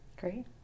Great